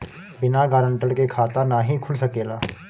बिना गारंटर के खाता नाहीं खुल सकेला?